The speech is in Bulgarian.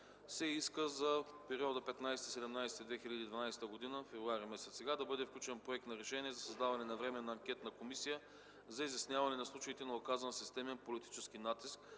се иска за периода 15-17 февруари 2012 г. да бъде включен Проект за решение за създаване на Временна анкетна комисия за изясняване на случаите на оказван системен политически натиск